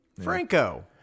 Franco